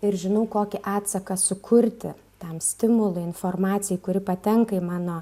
ir žinau kokį atsaką sukurti tam stimului informacijai kuri patenka į mano